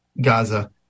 gaza